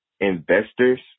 investors